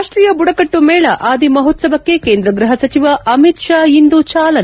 ರಾಷ್ಟೀಯ ಬುಡಕಟ್ಟು ಮೇಳ ಆದಿ ಮಹೋತ್ಲವಕ್ಕೆ ಕೇಂದ್ರ ಗೃಹ ಸಚಿವ ಅಮಿತ್ ಷಾ ಇಂದು ಚಾಲನೆ